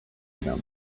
venom